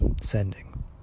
sending